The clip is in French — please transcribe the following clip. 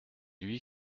lui